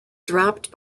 dropped